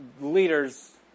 leaders